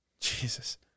Jesus